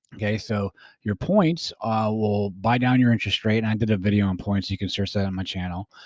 okay. so your points ah will buy down your interest rate. and i did video on points, you can search that on my channel.